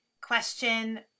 question